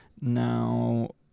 Now